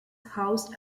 housed